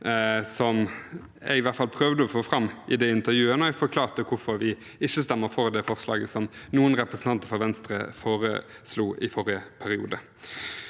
som jeg i hvert fall prøvde å få fram i det intervjuet da jeg forklarte hvorfor vi ikke stemmer for det forslaget som noen representanter fra Venstre foreslo i forrige periode.